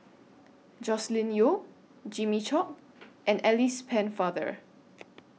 Joscelin Yeo Jimmy Chok and Alice Pennefather